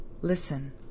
Listen